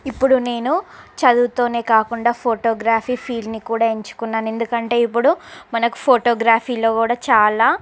ఇప్పుడు నేను చదువుతోనే కాకుండా ఫోటోగ్రాఫీ ఫీల్డ్ని కూడా ఎంచుకున్నాను ఎందుకంటే ఇప్పుడు మనకు ఫోటోగ్రాఫీలో కూడా చాలా